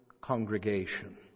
congregation